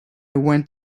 went